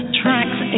tracks